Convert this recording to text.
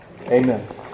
Amen